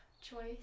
choice